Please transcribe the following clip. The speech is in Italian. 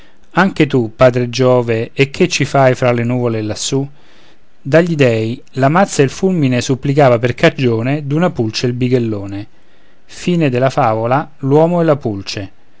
anche tu padre giove e che ci fai fra le nuvole lassù dagli dèi la mazza e il fulmine supplicava per cagione d'una pulce il bighellone e